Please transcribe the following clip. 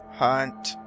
Hunt